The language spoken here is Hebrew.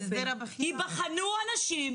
ייבחנו האנשים,